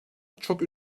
çok